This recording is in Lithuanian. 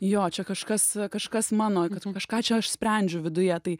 jo čia kažkas kažkas mano kad kažką čia aš sprendžiu viduje tai